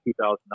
2009